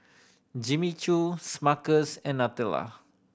Jimmy Choo Smuckers and Nutella